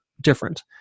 different